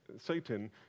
Satan